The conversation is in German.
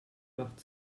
macht